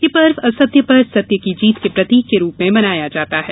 यह पर्व असत्य पर सत्य की जीत के प्रतीक के रूप में मनाया जाता है